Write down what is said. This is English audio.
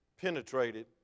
penetrated